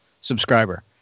subscriber